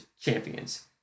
champions